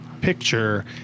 picture